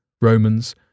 Romans